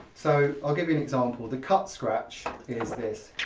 so i'll give you an example, the cut scratch is this.